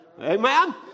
Amen